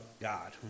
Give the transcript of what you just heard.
God